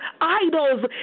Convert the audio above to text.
idols